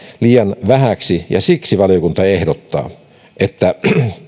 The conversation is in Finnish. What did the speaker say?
liian vähäksi ja siksi valiokunta ehdottaa että